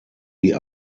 die